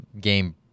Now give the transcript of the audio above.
Game